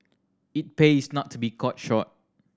it pays not to be caught short